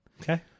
Okay